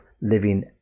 living